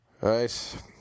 Right